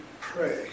pray